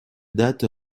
date